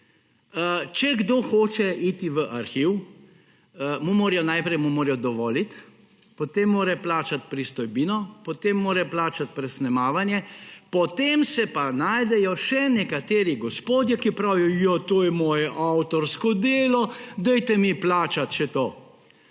Če kdo hoče iti v arhiv, najprej mu morajo dovoliti, potem mora plačati pristojbino, potem mora plačati presnemavanje, potem se pa najdejo še nekateri gospodje, ki pravijo, ja, to je moje avtorsko delo, plačajte mi še to.